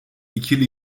ikili